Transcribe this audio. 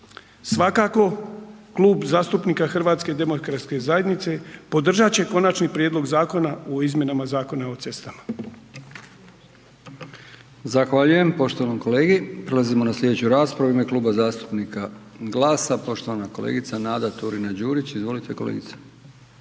Svakako, Klub zastupnika HDZ-a podržat će Konačni prijedlog zakona o izmjenama Zakona o cestama.